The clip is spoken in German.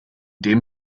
dem